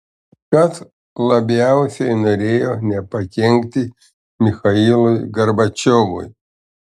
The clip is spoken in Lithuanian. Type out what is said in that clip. kas labiausiai norėjo nepakenkti michailui gorbačiovui